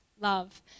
love